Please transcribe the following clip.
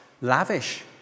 lavish